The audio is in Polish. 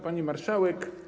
Pani Marszałek!